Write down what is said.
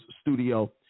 studio